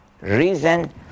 Reason